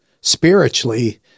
spiritually